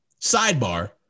sidebar